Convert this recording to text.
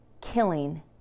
killing